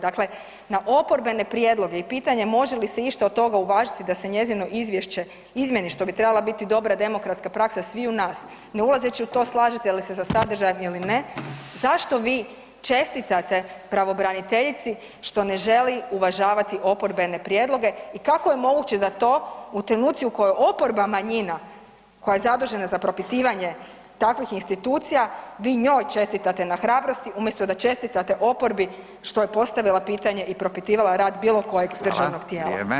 Dakle, na oporbene prijedloge i pitanje može li se išta od toga uvažiti da se njezino izvješće izmjeni, što bi trebala biti dobra demokratska praksa sviju nas ne ulazeći u to slažete li se sa sadržajem ili ne, zašto vi čestitate pravobraniteljici što ne želi uvažavati oporbene prijedloge i kako je moguće da to u trenuci u kojoj je oporba manjina koja je zadužena za propitivanje takvih institucija vi njoj čestitate na hrabrosti umjesto da čestitate oporbi što je postavila pitanje i propitivala rad bilo kojeg državnog tijela.